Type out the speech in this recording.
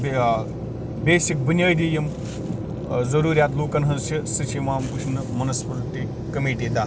بیٚیہِ ٲں بیسِک بُنیٲدی یِم ٲں ضروٗرِیات لوٗکَن ہنٛز چھِ سُہ چھِ یِوان وُچھنہٕ مُنَسپُلٹی کمیٖٹی تحت